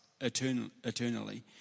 eternally